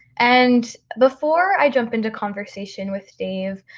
and before i jump into conversation with dave,